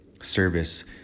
service